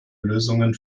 lösungen